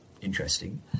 interesting